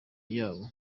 yabo